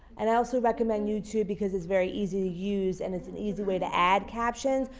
and i also recommend youtube because it's very easy to use and it's an easy way to add captions,